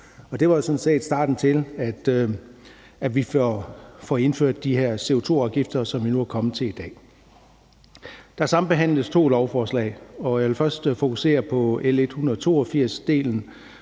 der har ført til, at vi får indført de her CO2-afgifter, som vi nu er kommet til i dag. Der sambehandles to lovforslag, og jeg vil først fokusere på L 182-delen,